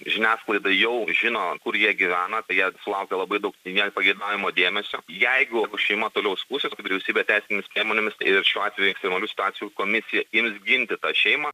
žiniasklaida jau žino kur jie gyvena tai jie sulaukė labai daug nepageidaujamo dėmesio jeigu šeima toliau skųsis vyriausybė teisinėmis priemonėmis ir šiuo atveju ekstremalių situacijų komisija ims ginti tą šeimą